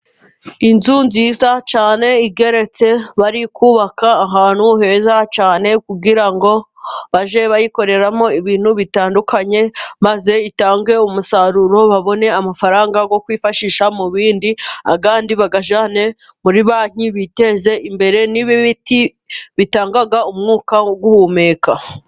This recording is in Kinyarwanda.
Inzu nziza cyane igeretse, bari kubaka ahantu heza cyane kugira ngo bajye bayikoreramo ibintu bitandukanye, maze itange umusaruro babone amafaranga yo kwifashisha mu bindi ,ayandi bayajyane muri Banki biteze imbere, n'ibiti bitanga umwuka wo guhumeka.